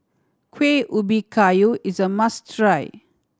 Kueh Ubi Kayu is a must try